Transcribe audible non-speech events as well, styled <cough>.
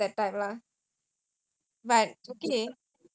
<laughs> humble lah humble